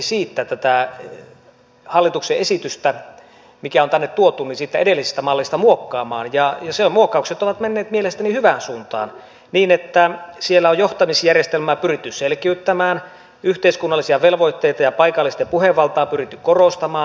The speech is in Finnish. nyt tätä hallituksen esitystä mikä on tänne tuotu on lähdetty kuitenkin siitä edellisestä mallista muokkaamaan ja muokkaukset ovat menneet mielestäni hyvään suuntaan niin että siellä on johtamisjärjestelmää pyritty selkiyttämään yhteiskunnallisia velvoitteita ja paikallisten puhevaltaa pyritty korostamaan